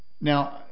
now